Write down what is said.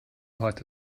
heute